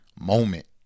moment